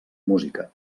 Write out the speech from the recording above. música